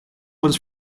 was